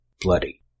Bloody